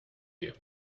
you